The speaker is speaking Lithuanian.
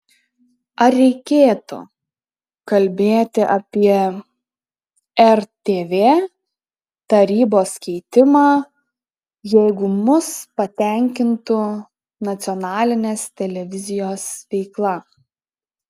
ar reikėtų kalbėti apie rtv tarybos keitimą jeigu mus patenkintų nacionalinės televizijos veikla